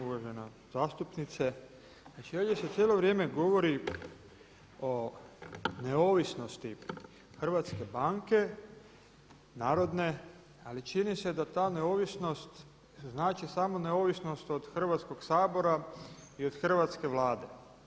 Uvažena zastupnice znači ovdje se cijelo vrijeme govori o neovisnosti Hrvatske banke narodne, ali čini se da ta neovisnost znači samo neovisnost od Hrvatskog sabora i od Hrvatske vlade.